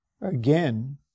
Again